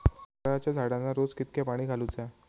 नारळाचा झाडांना रोज कितक्या पाणी घालुचा?